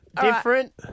Different